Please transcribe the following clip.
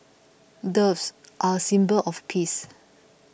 doves are a symbol of peace